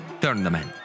tournament